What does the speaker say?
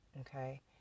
okay